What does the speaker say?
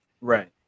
Right